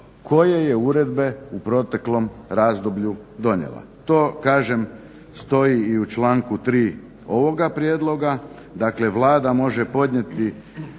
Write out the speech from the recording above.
koje je uredbe u proteklom razdoblju donijela. To kažem stoji i u članku 3. ovoga prijedloga. Dakle, Vlada može podnijeti